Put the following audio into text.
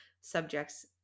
subject's